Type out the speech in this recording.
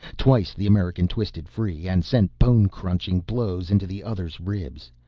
twice the american twisted free and sent bone-crushing blows into the other's ribs.